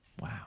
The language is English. Wow